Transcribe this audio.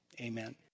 amen